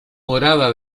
morada